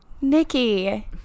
Nikki